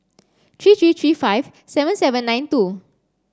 three three three five seven seven nine two